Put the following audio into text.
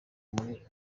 muri